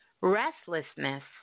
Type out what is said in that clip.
restlessness